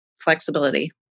flexibility